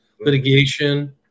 litigation